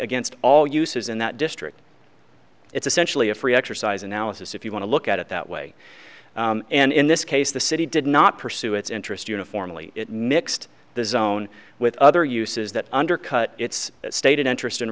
against all uses in that district it's essentially a free exercise analysis if you want to look at it that way and in this case the city did not pursue its interest uniformly it mixed the zone with other uses that undercut its stated interest in